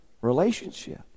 relationship